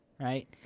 Right